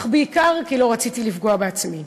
אך בעיקר כי לא רציתי לפגוע בעצמי,